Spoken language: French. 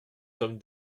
sommes